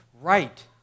right